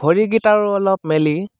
ভৰিগিটা আৰু অলপ মেলি